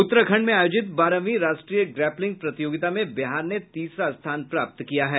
उत्तराखंड में आयोजित बारहवीं राष्ट्रीय ग्रेपलिंग प्रतियोगिता में बिहार ने तीसरा स्थान प्राप्त किया है